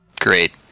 great